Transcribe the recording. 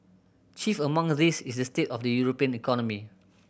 chief among these is the state of the European economy